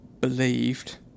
believed